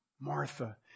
Martha